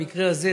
במקרה הזה,